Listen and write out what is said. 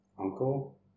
Uncle